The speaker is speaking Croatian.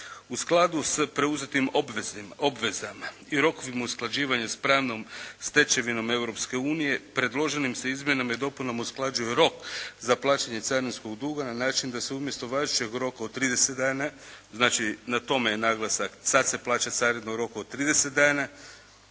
U skladu s preuzetim obvezama i rokovima usklađivanja s pravnom stečevinom Europske unije predloženim se izmjenama i dopunama usklađuje rok za plaćanje carinskog duga na način da se umjesto važećeg roka od 30 dana, znači na tome je naglasak, sad se plaća carina u roku od 30 dana,